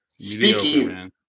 Speaking